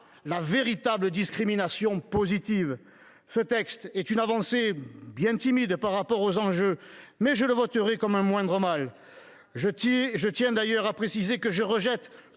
la véritable discrimination positive ! Ce texte est une avancée bien timide eu égard aux enjeux, mais je le voterai comme un moindre mal. Je tiens d’ailleurs à préciser que je rejette